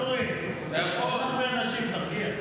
ואטורי, אין פה הרבה אנשים, תרגיע, תרגיע.